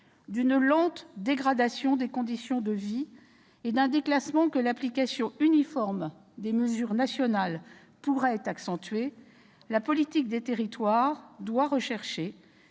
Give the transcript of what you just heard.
d'une lente dégradation des conditions de vie et d'un déclassement que l'application uniforme de mesures nationales pourrait accentuer, la politique des territoires doit rechercher